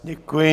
Děkuji.